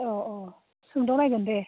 अह अह सोंबावनायगोन दे